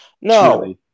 No